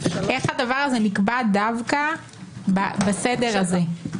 איך הדבר הזה נקבע דווקא בסדר הזה?